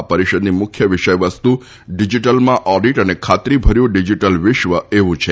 આ પરિષદની મુખ્ય વિષય વસ્તુ ડીજીટલમાં ઓડીટ અને ખાત્રીભર્યું ડિઝીટલ વિશ્વ એવું છે